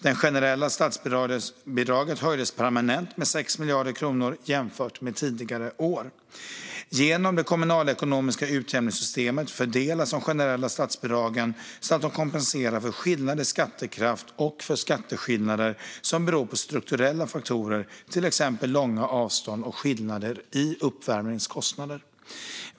Det generella statsbidraget höjdes permanent med 6 miljarder kronor jämfört med tidigare år. Genom det kommunalekonomiska utjämningssystemet fördelas de generella statsbidragen så att de kompenserar för skillnader i skattekraft och för kostnadsskillnader som beror på strukturella faktorer, till exempel långa avstånd och skillnader i uppvärmningskostnader.